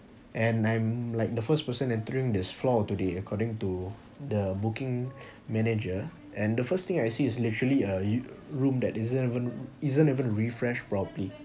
and I'm like the first person entering this floor today according to the booking manager and the first thing I see is literally a u~ room that isn't even isn't even refresh properly